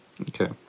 Okay